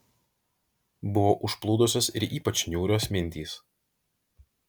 buvo užplūdusios ir ypač niūrios mintys